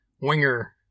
Winger